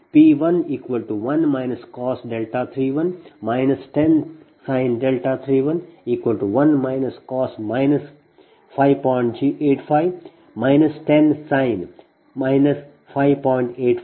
ಆದ್ದರಿಂದ 8 ರ ಸಮೀಕರಣದಿಂದ ನಾವು P 1 P g1 ಅನ್ನು ಹೊಂದಿದ್ದೇವೆ ಆದ್ದರಿಂದ ವಾಸ್ತವವಾಗಿ P11 cos 31 10sin 31 1 cos 5